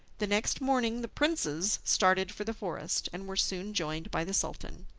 the next morning the princes started for the forest, and were soon joined by the sultan.